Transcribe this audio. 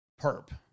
perp